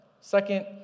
Second